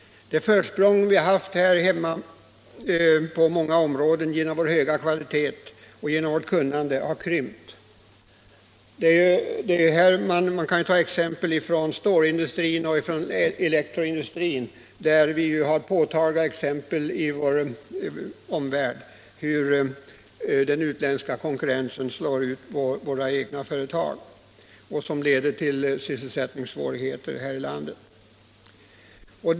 Det försprång vi här i landet haft på många områden genom vår höga kvalitet och vårt rika kunnande har krympt. Man kan som exempel anföra stålindustrin och elektroindustrin, där vi har påtagliga exempel på att den utländska konkurrensen slår ut våra egna företag, vilket leder till sysselsättningssvårigheter här i landet.